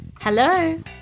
Hello